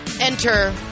enter